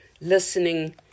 listening